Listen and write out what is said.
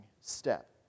step